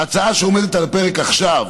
ההצעה שעומדת על הפרק עכשיו